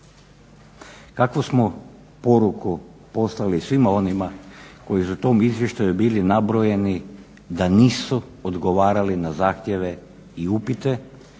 Kakvu smo poruku poslali svima onima koji su u tom izvještaju bili nabrojeni da nisu odgovarali na zahtjeve i upite